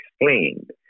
explained